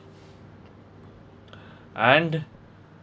and